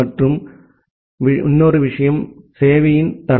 மற்றொரு விஷயம் சேவையின் தரம்